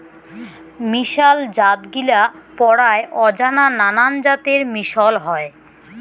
মিশাল জাতগিলা পরায় অজানা নানান জাতের মিশল হই